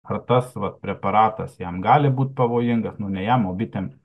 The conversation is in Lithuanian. ar tas va preparatas jam gali būt pavojingas nu ne jam o bitėm